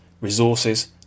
resources